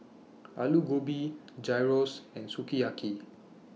Alu Gobi Gyros and Sukiyaki